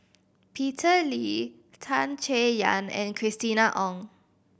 Peter Lee Tan Chay Yan and Christina Ong